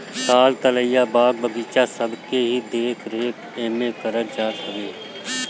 ताल तलैया, बाग बगीचा सबके भी देख रेख एमे कईल जात हवे